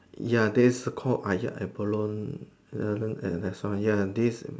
ya that's called !aiya! abalone that's all ya this